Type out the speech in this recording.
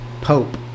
pope